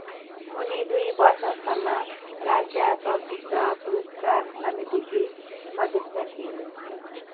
उनी दुई वर्षसम्म राज्य चलचित्र पुरस्कार समितिकी सदस्य थिइन्